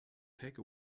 take